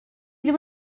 ddim